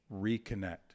reconnect